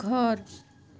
ঘৰ